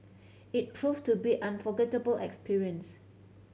it proved to be an unforgettable experience